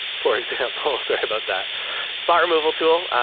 for example, sorry about that spot removal tool.